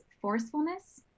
forcefulness